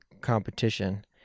competition